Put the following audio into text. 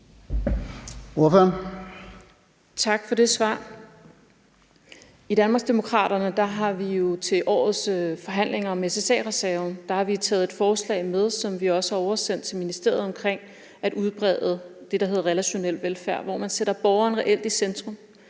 I Danmarksdemokraterne har vi til årets forhandlinger om SSA-reserven taget et forslag med, som vi også har oversendt til ministeriet, og det handler om at udbrede det, der hedder relationel velfærd, hvor man reelt sætter borgeren i centrum